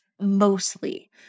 mostly